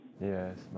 Yes